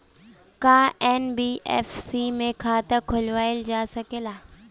का एन.बी.एफ.सी में खाता खोलवाईल जा सकेला?